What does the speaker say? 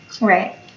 Right